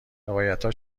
روایتها